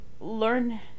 learn